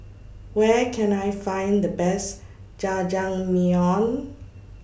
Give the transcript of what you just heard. Where Can I Find The Best Jajangmyeon